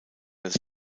des